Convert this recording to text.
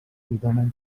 dóna